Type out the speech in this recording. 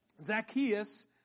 Zacchaeus